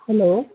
hello